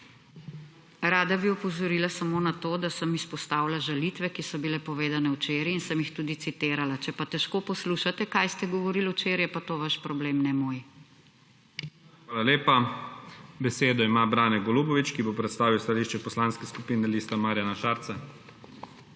Rada bi opozorila samo na to, da sem izpostavila žalitve, ki so bile povedane včeraj, in sem jih tudi citirala. Če pa težko poslušate, kaj ste govorili včeraj, je pa to vaš problem, ne moj. **PREDSEDNIK IGOR ZORČIČ:** Hvala lepa. Besedo ima Brane Golubović, ki bo predstavil stališče Poslanske skupine Lista Marjana Šarca.